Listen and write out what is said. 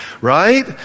right